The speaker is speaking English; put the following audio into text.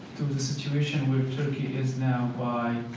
to the situation with turkey is now by